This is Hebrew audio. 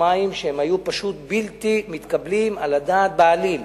מים שהם היו פשוט בלתי מתקבלים על הדעת בעליל: